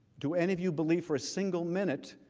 do any of you believe for a single minute.